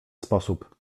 sposób